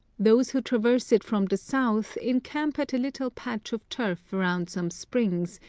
those who traverse it from the south encamp at a little patch of turf around some springs,